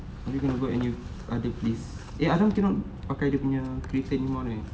are we gonna go any other place eh adam cannot pakai dia punya kereta anymore eh